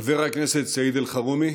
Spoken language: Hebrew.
חבר הכנסת סעיד אלחרומי